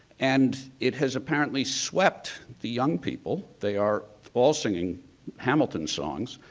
and it has apparently swept the young people. they are all singing hamilton songs.